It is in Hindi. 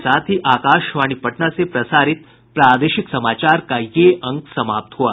इसके साथ ही आकाशवाणी पटना से प्रसारित प्रादेशिक समाचार का ये अंक समाप्त हुआ